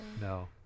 No